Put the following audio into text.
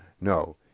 No